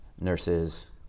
nurses